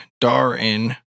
Darin